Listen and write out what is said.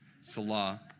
Salah